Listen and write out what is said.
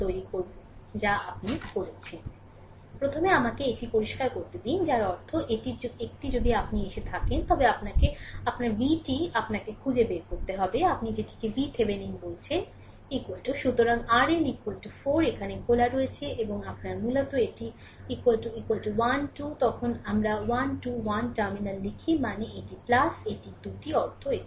সুতরাং প্রথমে আমাকে এটি পরিষ্কার করতে দিন যার অর্থ এটির একটি যদি আপনি এসে থাকেন তবে আপনাকে আপনার Vটি আপনার খুঁজে পেতে হবে আপনি যেটিকে VThevenin বলছেন সুতরাং RL 4 এখানে খোলা হয়েছে এবং আপনার মূলত এটি 1 2 যখন আমরা 1 2 1 টার্মিনাল লিখি মানে এটি এবং দুটি অর্থ এটি